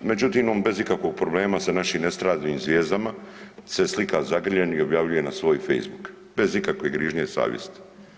međutim on bez ikakvog problema sa našim estradnim zvijezdama se slika zagrljen i objavljuje na svoj facebook, bez ikakve grižnje savjesti.